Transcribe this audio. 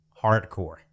Hardcore